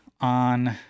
on